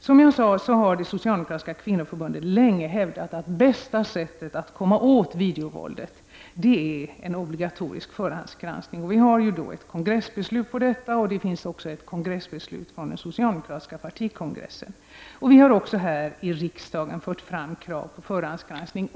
Som jag sade har det socialdemokratiska kvinnoförbundet länge hävdat att det bästa sättet att komma åt videovåldet är en obligatorisk förhandsgranskning. Vi har ett kongressbeslut på detta, och det finns också kongressbeslut från den socialdemokratiska partikongressen. Här i riksdagen har vi också år efter år fört fram kravet på förhandsgranskning.